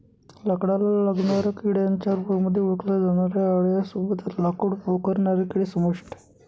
लाकडाला लागणाऱ्या किड्यांच्या रूपामध्ये ओळखल्या जाणाऱ्या आळ्यां सोबतच लाकूड पोखरणारे किडे समाविष्ट आहे